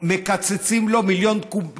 מקצצים לו מיליון קוב מים.